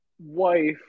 wife